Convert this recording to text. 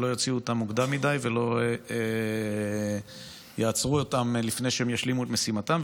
ולא יוציאו אותם מוקדם מדי ולא יעצרו אותם לפני שהם ישלימו את משימתם.